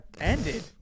Ended